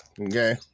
okay